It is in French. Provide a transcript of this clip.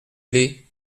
allé